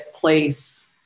place